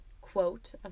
quote